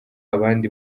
abandi